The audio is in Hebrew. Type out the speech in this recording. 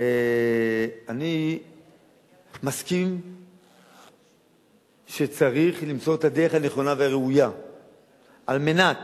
אני מסכים שצריך למצוא את הדרך הנכונה והראויה על מנת